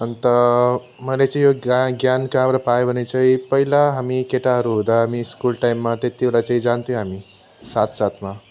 अन्त मैले चाहिँ यो गा ज्ञान कहाँबाट पाएँ भने चाहिँ पहिला हामी केटाहरू हुँदा हामी स्कुल टाइममा त्यतिबेला चाहिँ जान्थ्यो हामी साथसाथमा